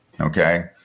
okay